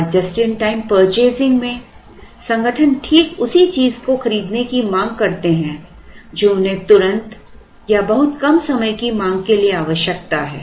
और just in time purchasing में संगठन ठीक उसी चीज़ को खरीदने की मांग करते हैं जो उन्हें तुरंत या बहुत कम समय की मांग के लिए आवश्यकता हैं